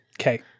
Okay